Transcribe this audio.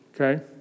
okay